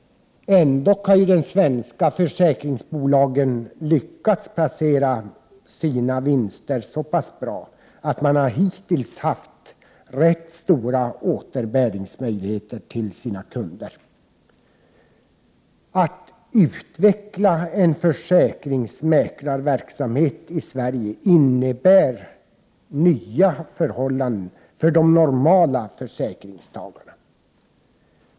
Ändå har de svenska försäkringsbolagen lyckats placera sina vinster så pass bra att de hittills haft rätt stora återbäringsmöjligheter till kunderna. Att utveckla en försäkringsmäklarverksamhet i Sverige innebär nya förhållanden för de vanliga försäkringstagarna.